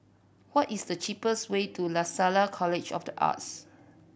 what is the cheapest way to Lasalle College of The Arts